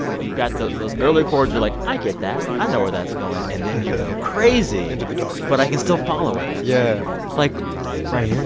you've got those those early chords are like, i get that. i know where that's going. and then you go crazy into the darkness, yeah but i can still follow it yeah like right